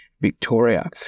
Victoria